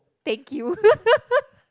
thank you